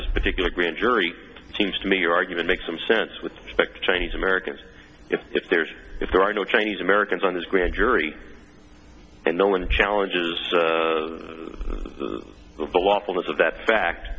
this particular grand jury it seems to me your argument makes some sense with respect to chinese americans if if there's if there are no chinese americans on this grand jury and no one challenges the lawfulness of that fact